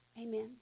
Amen